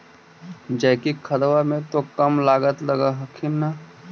जैकिक खदबा मे तो कम लागत लग हखिन न?